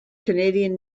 canadian